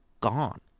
gone